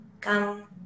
come